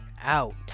out